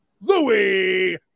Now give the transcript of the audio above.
Louis